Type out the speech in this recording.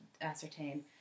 ascertain